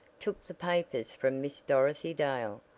took the papers from miss dorothy dale,